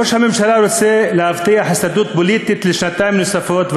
ראש הממשלה רוצה להבטיח הישרדות פוליטית לשנתיים נוספות,